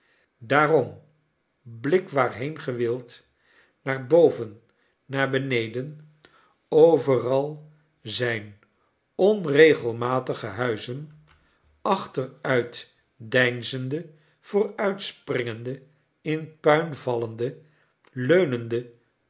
daarom blik waarheen ge wilt naar boven naar beneden overal zijn onregelmatige huizen achteruitdeinzende vooruitspringende in puin vallende t leunende